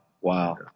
Wow